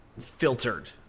filtered